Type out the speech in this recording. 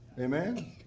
Amen